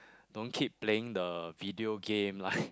don't keep playing the video game like